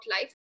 life